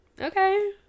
okay